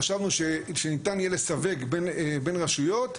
חשבנו שניתן יהיה לסווג בין רשויות,